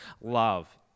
love